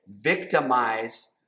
victimize